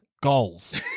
goals